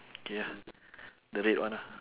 K ah the red one ah